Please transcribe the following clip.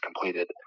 completed